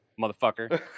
motherfucker